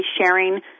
sharing